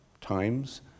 times